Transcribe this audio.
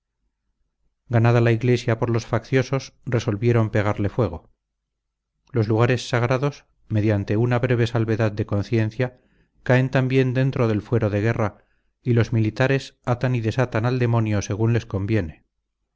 la iglesia por los facciosos resolvieron pegarle fuego los lugares sagrados mediante una breve salvedad de conciencia caen también dentro del fuero de guerra y los militares atan y desatan al demonio según les conviene